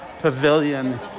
pavilion